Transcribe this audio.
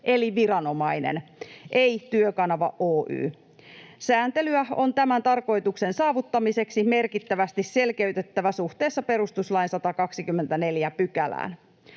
eli viranomainen, ei Työkanava Oy. Sääntelyä on tämän tarkoituksen saavuttamiseksi merkittävästi selkeytettävä suhteessa perustuslain 124 §:ään.